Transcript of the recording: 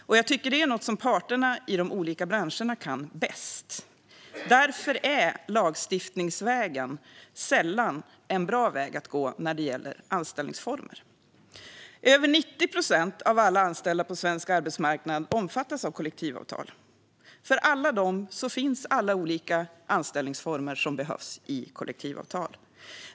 Jag tycker också att det är något som parterna i de olika branscherna kan bäst. Därför är lagstiftningsvägen sällan en bra väg att gå när det gäller anställningsformer. Över 90 procent av alla anställda på svensk arbetsmarknad omfattas av kollektivavtal. För alla dessa finns alla olika anställningsformer som behövs i kollektivavtal.